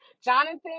Jonathan